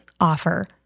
offer